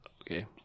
Okay